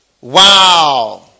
Wow